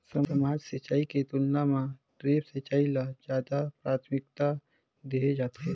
सामान्य सिंचाई के तुलना म ड्रिप सिंचाई ल ज्यादा प्राथमिकता देहे जाथे